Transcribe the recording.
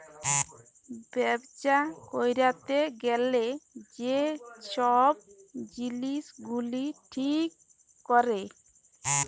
ব্যবছা ক্যইরতে গ্যালে যে ছব জিলিস গুলা ঠিক ক্যরে